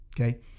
okay